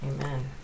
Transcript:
Amen